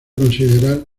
considerar